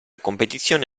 competizione